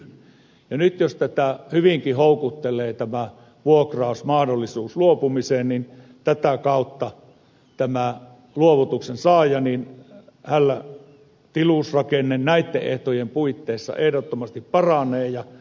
nyt jos hyvinkin houkuttelee tämä vuokrausmahdollisuus luopumiseen niin tätä kautta tällä luovutuksen saajalla tilusrakenne näitten etujen puitteissa ehdottomasti paranee